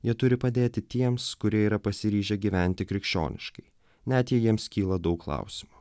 jie turi padėti tiems kurie yra pasiryžę gyventi krikščioniškai net jei jiems kyla daug klausimų